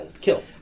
Kill